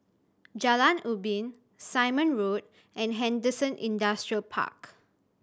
Jalan Ubin Simon Road and Henderson Industrial Park